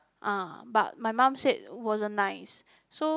ah but my mum said wasn't nice so